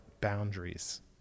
boundaries